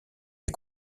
les